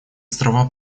острова